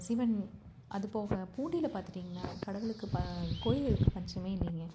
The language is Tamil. சிவன் அது போக பூண்டியில் பார்த்துட்டீங்னா கடவுளுக்குப் ப கோயில்களுக்குப் பஞ்சமே இல்லைங்க